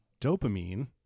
Dopamine